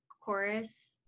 chorus